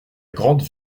grande